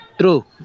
True